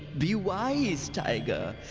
be wise tiger.